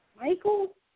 Michael